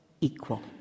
equal